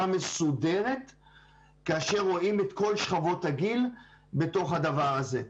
מסודרת כאשר רואים את כל שכבות הגיל בתוך הדבר הזה.